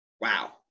wow